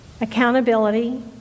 accountability